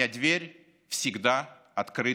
(אומר ברוסית: הדלת שלי תמיד תהיה פתוחה עבורכם.)